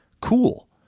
Cool